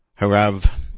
Harav